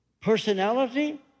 personality